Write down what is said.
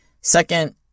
Second